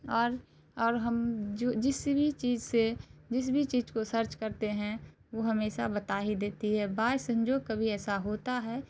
اور اور ہم جس بھی چیز سے جس بھی چیز کو سرچ کرتے ہیں وہ ہمیشہ بتا ہی دیتی ہے بائی سنجوگ کبھی ایسا ہوتا ہے